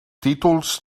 títols